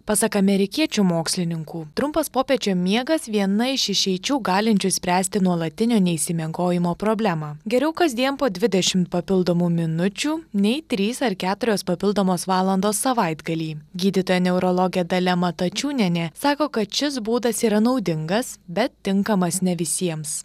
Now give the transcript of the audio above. pasak amerikiečių mokslininkų trumpas popiečio miegas viena iš išeičių galinčių spręsti nuolatinio neišsimiegojimo problemą geriau kasdien po dvidešimt papildomų minučių nei trys ar keturios papildomos valandos savaitgalį gydytoja neurologė dalia matačiūnienė sako kad šis būdas yra naudingas bet tinkamas ne visiems